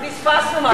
פספסנו משהו.